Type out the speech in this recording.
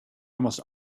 almost